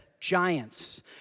giants